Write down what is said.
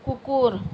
কুকুৰ